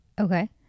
Okay